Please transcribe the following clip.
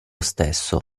stesso